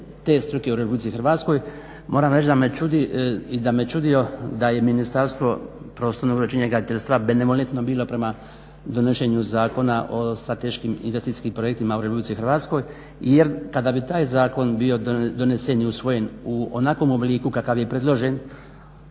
te struke u RH. Moram reći da me čudi i da me čudio da je Ministarstvo prostornog uređenja i graditeljstva benevolentno bilo prema donošenju Zakona o strateškim i investicijskim projektima u RH jer kada bi taj zakon bio donesen i u svojem u onakvom obliku kakav je predložen